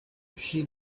she